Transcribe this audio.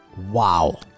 Wow